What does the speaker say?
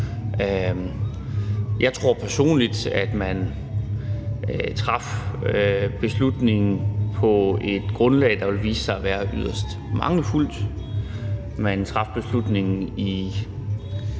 Jeg tror personligt, at man traf beslutningen på et grundlag, der vil vise sig at være yderst mangelfuldt. Man traf beslutningen i